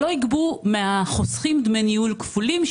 שלא יגבו מהחוסכים דמי ניהול כפולים.